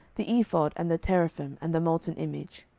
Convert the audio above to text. the ephod, and the teraphim, and the molten image.